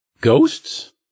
Ghosts